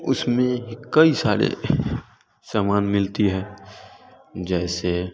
उसमें कई सारे सामान मिलते हैं जैसे